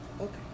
Okay